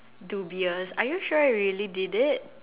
dubious are you sure you really did it